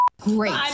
Great